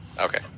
Okay